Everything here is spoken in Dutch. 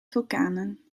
vulkanen